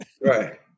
Right